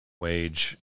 wage